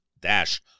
dash